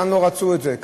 כאן לא רצו את זה,